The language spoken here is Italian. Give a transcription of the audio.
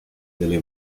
delle